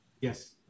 yes